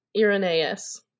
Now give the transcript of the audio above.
Irenaeus